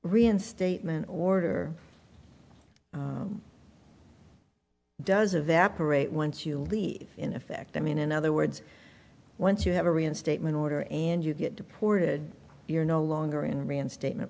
reinstatement order does evaporate once you leave in effect i mean in other words once you have a reinstatement order and you get deported you're no longer in reinstatement